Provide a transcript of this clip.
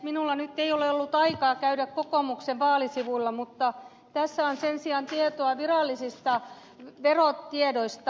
minulla nyt ei ole ollut aikaa käydä kokoomuksen vaalisivuilla mutta tässä on sen sijaan tietoa virallisista verotiedoista